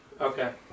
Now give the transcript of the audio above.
Okay